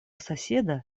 соседа